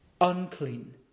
unclean